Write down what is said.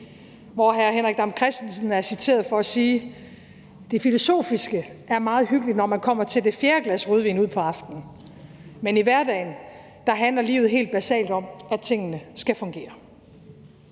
hr. Henrik Dam Kristensen er citeret for at sige: Det filosofiske er meget hyppigt, når man kommer til det fjerde glas rødvin ud på aftenen, men i hverdagen handler livet helt basalt om, at tingene skal fungere.